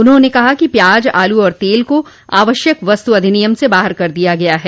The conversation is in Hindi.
उन्होंने कहा कि प्याज आलू और तेल को आवश्यक वस्तु अधिनियम से बाहर कर दिया गया है